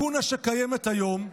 לקונה שקיימת היום,